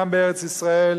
גם בארץ-ישראל,